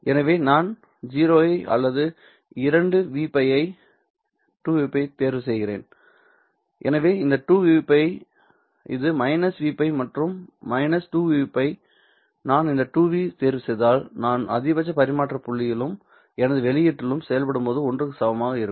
எனவே நான் 0 ஐ அல்லது இரண்டு V π ஐ 2Vπதேர்வு செய்கிறேன் எனவே இந்த 2V πஇது V π மற்றும் இந்த - 2V π நான் 2 V தேர்வுசெய்தால் நான் அதிகபட்ச பரிமாற்ற புள்ளியிலும் எனது வெளியீட்டிலும் செயல்படும்போது ஒன்றுக்கு சமமாக இருக்கும்